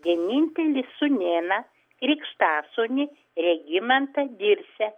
vienintelį sūnėną krikštasūnį regimantą dirsę